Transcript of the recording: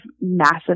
massive